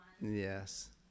yes